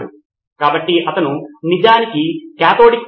సిద్ధార్థ్ మాతురి అవును పుస్తకాల మధ్యలో వ్యాఖ్యానాలు